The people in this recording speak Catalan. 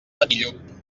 benillup